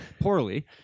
poorly